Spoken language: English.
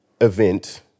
event